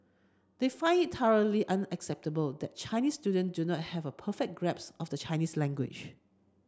they find it thoroughly unacceptable that Chinese student do not have a perfect grasp of the Chinese language